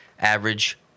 average